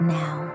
now